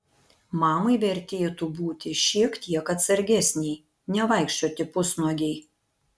mamai vertėtų būti šiek tiek atsargesnei nevaikščioti pusnuogei